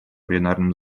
пленарном